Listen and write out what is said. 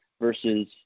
versus